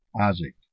Isaac